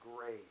grace